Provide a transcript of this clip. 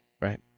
Right